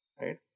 right